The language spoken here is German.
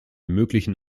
möglichen